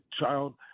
child